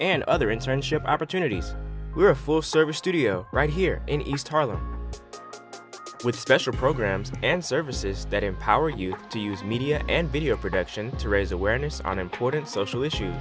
and other internship opportunities we're a full service studio right here in east harlem with special programs and services that empower you to use media and video production to raise awareness on important social issues